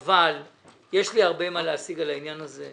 אבל יש לי הרבה מה להשיג על העניין הזה.